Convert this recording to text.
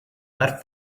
that